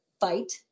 fight